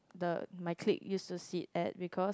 the my clique used to sit at because